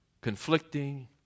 conflicting